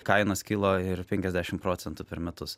kainos kilo ir penkiasdešim procentų per metus